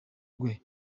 rwe